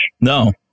No